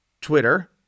Twitter